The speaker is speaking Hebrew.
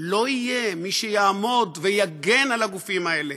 לא יהיה מי שיעמוד ויגן על הגופים האלה,